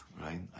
right